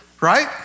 Right